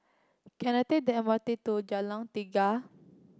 can I take the M R T to Jalan Tiga